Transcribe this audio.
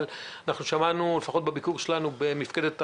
אבל שמענו בביקור שלנו במפקדת אלון,